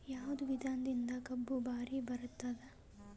ಯಾವದ ವಿಧಾನದಿಂದ ಕಬ್ಬು ಭಾರಿ ಬರತ್ತಾದ?